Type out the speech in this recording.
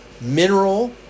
mineral